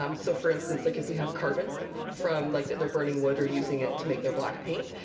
um so for instance, like if we have carbon from like, that they're burning wood or using it to make their black paint.